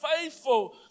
faithful